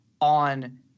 on